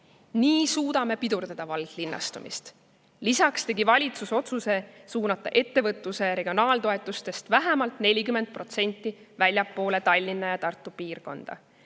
Nii suudame pidurdada valglinnastumist. Lisaks tegi valitsus otsuse suunata ettevõtlus‑ ja regionaaltoetustest vähemalt 40% väljapoole Tallinna ja Tartu piirkonda,